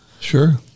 Sure